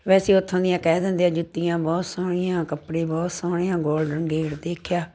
ਵੈਸੇ ਉੱਥੋਂ ਦੀਆਂ ਕਹਿ ਦਿੰਦੇ ਆ ਜੁੱਤੀਆਂ ਬਹੁਤ ਸੋਹਣੀਆਂ ਕੱਪੜੇ ਬਹੁਤ ਸੋਹਣੇ ਆ ਗੋਲਡਨ ਗੇਟ ਦੇਖਿਆ